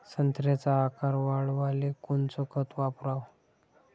संत्र्याचा आकार वाढवाले कोणतं खत वापराव?